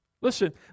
listen